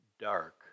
dark